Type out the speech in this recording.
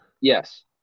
Yes